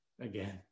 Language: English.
again